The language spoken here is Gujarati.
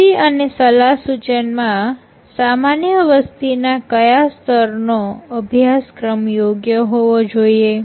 તબીબી અને સલાહસુચનમાં સામાન્ય વસ્તીના ક્યાં સ્તરનો અભ્યાસક્રમ યોગ્ય હોવો જોઈએ